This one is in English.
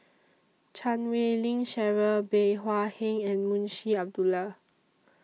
Chan Wei Ling Cheryl Bey Hua Heng and Munshi Abdullah